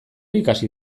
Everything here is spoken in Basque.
ikasi